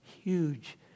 huge